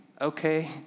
okay